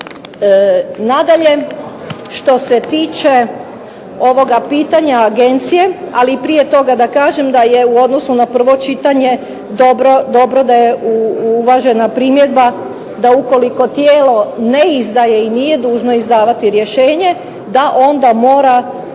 Nadalje, što se tiče ovoga pitanja agencije, ali prije toga da kažem da je u odnosu na prvo čitanje dobro da je uvažena primjedba da ukoliko tijelo ne izdaje i nije dužno izdavati rješenje, da onda mora